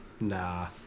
Nah